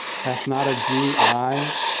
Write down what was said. hath not a jew eyes?